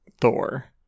Thor